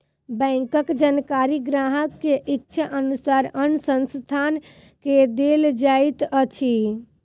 बैंकक जानकारी ग्राहक के इच्छा अनुसार अन्य संस्थान के देल जाइत अछि